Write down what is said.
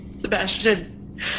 Sebastian